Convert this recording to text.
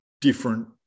different